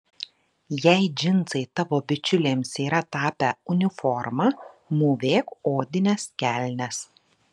jei džinsai tavo bičiulėms yra tapę uniforma mūvėk odines kelnes